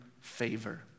favor